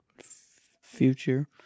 Future